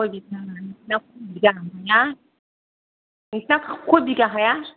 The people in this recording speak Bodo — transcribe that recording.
खय बिघा हाया नोंसिना खय बिघा हाया नोंसिना खय बिघा हाया